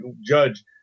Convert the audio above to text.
judge